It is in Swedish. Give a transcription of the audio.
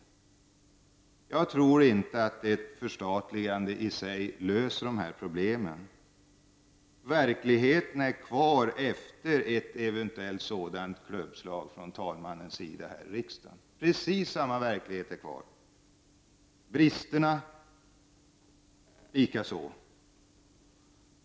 Jag tror inte att ett förstatligande i sig löser dessa problem. Det är precis samma verklighet som är kvar efter ett eventuellt klubbslag för en sådan åtgärd från talmannens sida här i riksdagen. Bristerna är också kvar.